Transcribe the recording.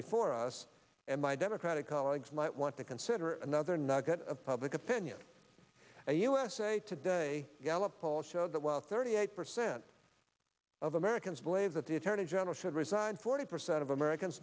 before us and my democratic colleagues might want to consider another nugget of public opinion a usa today gallup poll showed that while thirty eight percent of americans believe that the attorney general should resign forty percent of americans